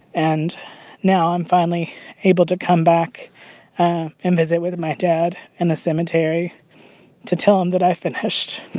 and now i'm finally able to come back and visit with my dad in the cemetery to tell him that i finished,